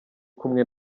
kumwe